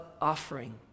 offering